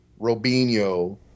Robinho